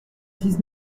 dix